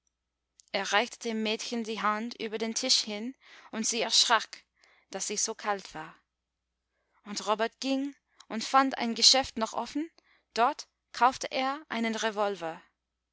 reichte dem mädchen die hand über den tisch hin und sie erschrak daß sie so kalt war und robert ging und fand ein geschäft noch offen dort kaufte er einen revolver